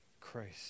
Christ